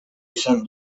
izan